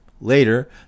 Later